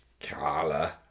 Carla